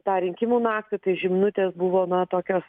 tą rinkimų naktį tai žinutės buvo na tokios